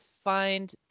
find